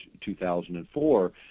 2004